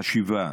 חשיבה